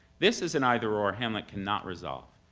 this is an either or hamlet cannot resolve,